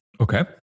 okay